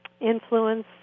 influence